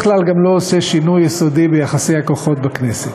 כלל גם לא עושה שינוי יסודי ביחסי הכוחות בכנסת.